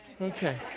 okay